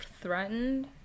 threatened